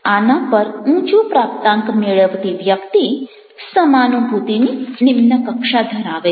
આના પર ઊંચો પ્રાપ્તાંક મેળવતી વ્યક્તિ સમાનુભૂતિની નિમ્ન કક્ષા ધરાવે છે